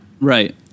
Right